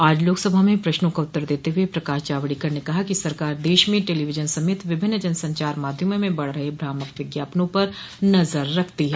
आज लोकसभा में प्रश्नों का उत्तर देते हुए प्रकाश जावड़ेकर ने कहा कि सरकार देश में टेलीविजन समेत विभिन्न जन संचार माध्यमों में बढ़ रहे भ्रामक विज्ञापनों पर नजर रखती है